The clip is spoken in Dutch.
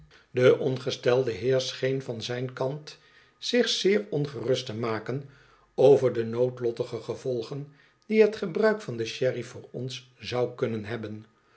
de ongestelde heer scheen van zijn kant zich zeer ongerust te maken over de noodlottige gevolgen die het gebruik van de sherry voor ons zou kunnen hebben